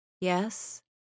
Yes